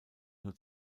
nur